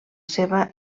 seva